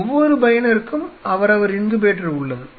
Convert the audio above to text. ஒவ்வொரு பயனருக்கும் அவரவர் இன்குபேட்டர் உள்ளது